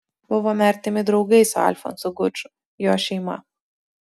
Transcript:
buvome artimi draugai su alfonsu guču jo šeima